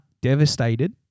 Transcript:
devastated